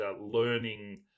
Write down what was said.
learning